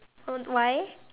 uh why